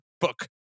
book